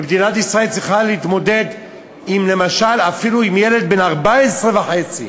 ומדינת ישראל צריכה להתמודד למשל אפילו עם ילד בן 14 וחצי,